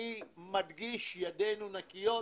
אני מדגיש, ידינו נקיות.